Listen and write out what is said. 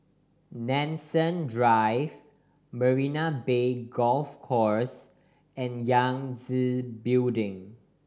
Nanson Drive Marina Bay Golf Course and Yangtze Building